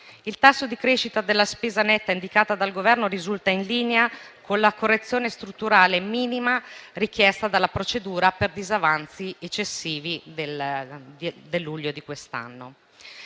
Il tasso di crescita della spesa netta indicata dal Governo risulta in linea con la correzione strutturale minima richiesta dalla procedura per disavanzi eccessivi del luglio di quest'anno.